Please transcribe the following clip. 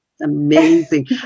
amazing